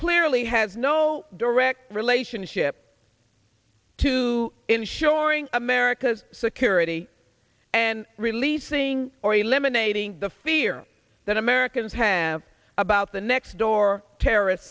clearly has no direct relationship to ensuring america's security and releasing or eliminating the fear that americans have about the next door terrorist